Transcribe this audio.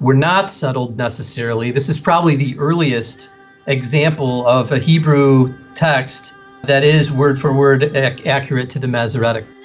were not settled necessarily. this is probably the earliest example of a hebrew text that is word for word accurate to the masoretic.